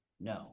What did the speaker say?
No